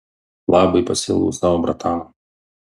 labai pasiilgau savo bratano